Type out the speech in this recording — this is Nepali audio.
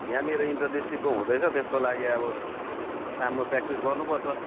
यहाँनिर इन्टर डिस्ट्रिक्टको हुँदैछ त्यसको लागि अब टाइममा प्र्याक्टिस गर्नुपर्छ